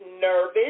nervous